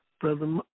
Brother